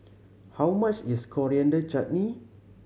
how much is Coriander Chutney